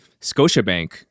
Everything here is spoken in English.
Scotiabank